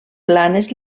planes